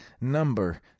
number